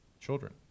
children